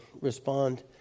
respond